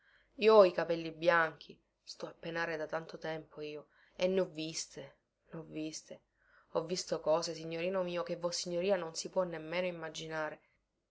io ho i capelli bianchi sto a penare da tanto tempo io e nho viste nho viste ho visto cose signorino mio che vossignoria non si può nemmeno immaginare